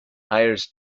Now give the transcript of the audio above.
hires